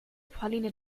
pauline